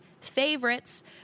favorites